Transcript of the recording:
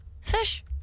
Fish